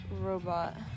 robot